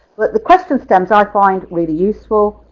but the question stems, i find really useful.